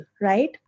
right